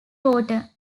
water